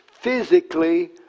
physically